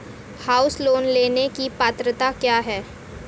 House loan लेने की पात्रता क्या है?